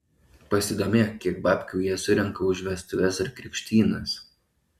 pasidomėk kiek babkių jie surenka už vestuves ar krikštynas